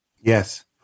Yes